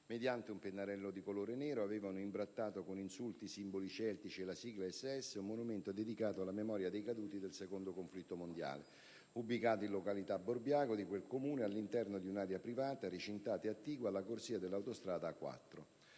mediante un pennarello di colore nero, avevano imbrattato con una scritta, insulti, simboli celtici e la sigla "SS" un monumento dedicato alla memoria dei caduti del Secondo conflitto mondiale, ubicato in località Borbiago di quel comune all'interno di un'area privata, recintata e attigua alla corsia dell'autostrada A4.